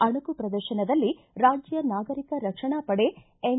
ಅಣಕು ಪ್ರದರ್ಶನದಲ್ಲಿ ರಾಜ್ಯ ನಾಗರಿಕ ರಕ್ಷಣಾ ಪಡೆ ಎನ್